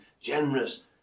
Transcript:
generous